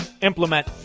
implement